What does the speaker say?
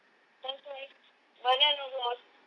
that's why but then also